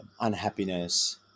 unhappiness